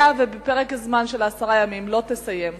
היה ובפרק הזמן של עשרת הימים לא תסיים,